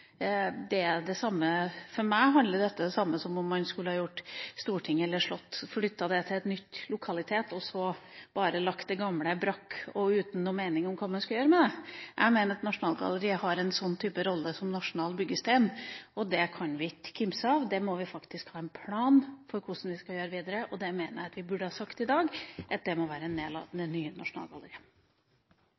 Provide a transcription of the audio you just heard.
For meg handler dette om det samme som å skulle flytte storting eller slott til en ny lokalitet og så bare legge det gamle brakk, uten noen mening om hva man skal gjøre med dem. Jeg mener at Nasjonalgalleriet har en rolle som nasjonal byggestein, og det kan vi ikke kimse av. Vi må faktisk ha en plan for hvordan vi skal gjøre dette videre. Jeg mener at vi i dag burde ha sagt at det må være en del av det nye